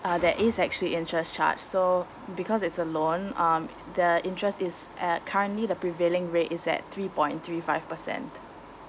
uh there is actually interest charge so because it's a loan um the interest is at currently the prevailing rate is that three point three five percent